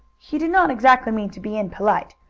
he did not exactly mean to be impolite,